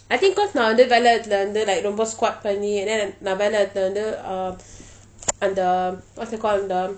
I think cause நான் வந்து:naan vanthu like ரோம்ப:romba squat பன்னி:panni and then மேலே வந்தோனே:melai vanthonei um the what's that called the